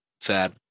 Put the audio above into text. sad